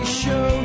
show